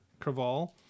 Craval